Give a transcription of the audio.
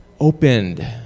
Opened